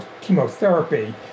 chemotherapy